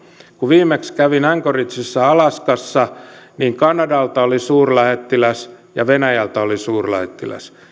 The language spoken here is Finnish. kun viimeksi kävin anchoragessa alaskassa niin kanadalta oli suurlähettiläs ja venäjältä oli suurlähettiläs